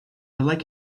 like